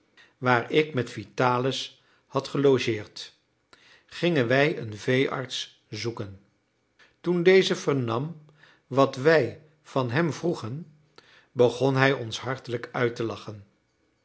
waar ik met vitalis had gelogeerd gingen wij een veearts zoeken toen deze vernam wat wij van hem vroegen begon hij ons hartelijk uit te lachen